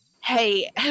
hey